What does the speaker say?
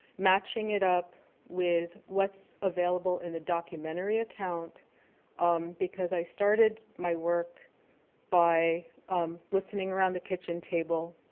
matching it up with what's available in the documentary account um because i started my work by listening around the kitchen table,